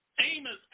Amos